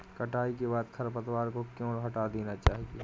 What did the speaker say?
कटाई के बाद खरपतवार को क्यो हटा देना चाहिए?